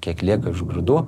kiek lieka iš grūdų